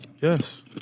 Yes